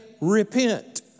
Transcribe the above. repent